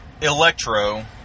electro